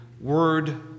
word